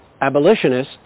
Abolitionists